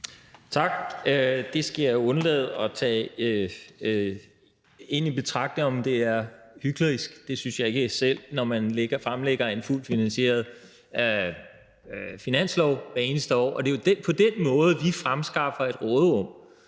Tak. Jeg skal undlade at tage det i betragtning, om det er hyklerisk, for det synes jeg ikke selv, når man lægger en fuldt finansieret finanslov frem hvert eneste år, og det er jo på den måde, vi fremskaffer et råderum.